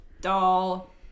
doll